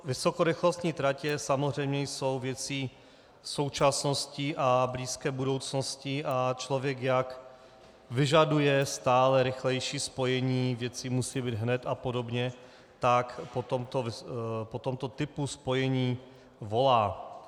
Vysokorychlostní tratě jsou samozřejmě věcí současnosti a blízké budoucnosti a člověk, jak vyžaduje stále rychlejší spojení, věci musí být hned apod., tak že po tomto typu spojení volá.